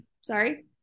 sorry